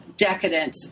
decadent